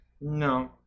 No